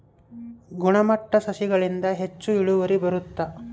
ಗುಣಮಟ್ಟ ಸಸಿಗಳಿಂದ ಹೆಚ್ಚು ಇಳುವರಿ ಬರುತ್ತಾ?